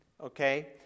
Okay